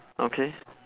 okay